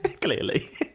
Clearly